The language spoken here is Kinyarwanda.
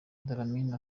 dlamini